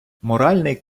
моральний